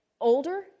older